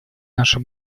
наше